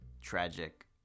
tragic